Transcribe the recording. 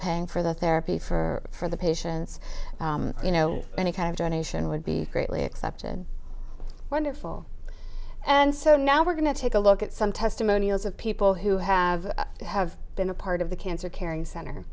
paying for the therapy for for the patients you know any kind of donation would be greatly accepted wonderful and so now we're going to take a look at some testimonials of people who have have been a part of the cancer caring center